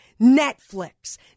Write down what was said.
Netflix